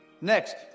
Next